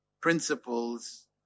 principles